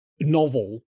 novel